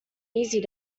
easy